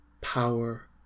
power